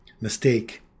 mistake